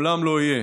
לעולם לא יהיה.